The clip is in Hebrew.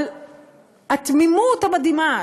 אבל התמימות המדהימה